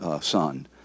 son